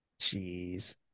Jeez